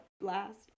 last